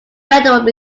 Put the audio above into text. federal